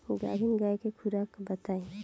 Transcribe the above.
गाभिन गाय के खुराक बताई?